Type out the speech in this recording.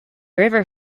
river